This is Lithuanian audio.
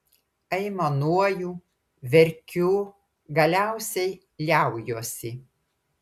aimanuoju verkiu galiausiai liaujuosi